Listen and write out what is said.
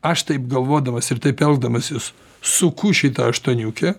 aš taip galvodamas ir taip elgdamasis suku šitą aštuoniukę